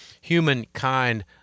humankind